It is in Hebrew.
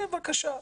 בבקשה.